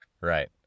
Right